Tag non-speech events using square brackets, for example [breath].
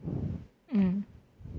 [breath] mm